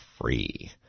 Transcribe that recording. free